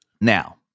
Now